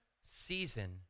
season